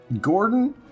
Gordon